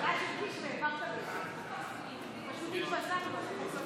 פשוט התפזרנו.